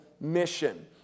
Mission